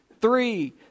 three